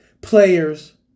players